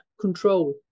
control